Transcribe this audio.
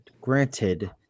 Granted